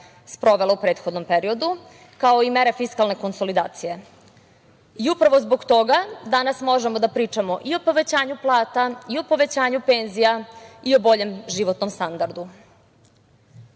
sprovela u prethodnom periodu, kao mi mere fiskalne konsolidacije i upravo zbog toga danas možemo da pričamo i o povećanju plata, i o povećanju penzija i o boljem životnom standardu. Predlog